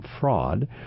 fraud